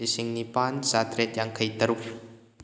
ꯂꯤꯁꯤꯡ ꯅꯤꯄꯥꯟ ꯆꯥꯇ꯭ꯔꯦꯠ ꯌꯥꯡꯈꯩ ꯇꯔꯨꯛ